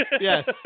yes